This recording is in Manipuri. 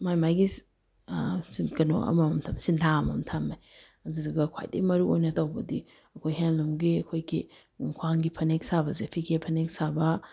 ꯃꯥꯏ ꯃꯥꯏꯒꯤ ꯀꯩꯅꯣ ꯑꯃꯃꯝ ꯊꯝꯃꯦ ꯁꯤꯟꯊꯥ ꯑꯃꯃꯝ ꯊꯝꯃꯦ ꯑꯗꯨꯗꯨꯒ ꯈ꯭ꯋꯥꯏꯗꯩ ꯃꯔꯨꯑꯣꯏꯅ ꯇꯧꯕꯗꯤ ꯑꯩꯈꯣꯏ ꯍꯦꯟꯂꯨꯝꯒꯤ ꯑꯩꯈꯣꯏꯒꯤ ꯈ꯭ꯋꯥꯡꯒꯤ ꯐꯅꯦꯛ ꯁꯥꯕꯁꯦ ꯐꯤꯒꯦ ꯐꯅꯦꯛ ꯁꯥꯕ